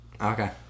Okay